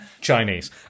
Chinese